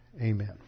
Amen